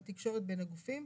והתקשורת בין הגופים.